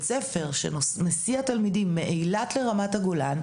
ספר שמסיע תלמידים מאילת לרמת הגולן,